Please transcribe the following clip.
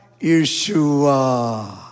Yeshua